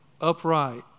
upright